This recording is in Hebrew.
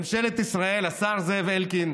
ממשלת ישראל, השר זאב אלקין,